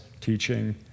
teaching